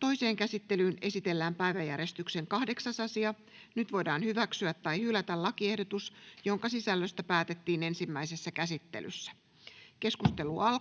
Toiseen käsittelyyn esitellään päiväjärjestyksen 4. asia. Nyt voidaan hyväksyä tai hylätä lakiehdotus, jonka sisällöstä päätettiin ensimmäisessä käsittelyssä. — Keskustelua,